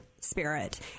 spirit